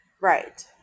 Right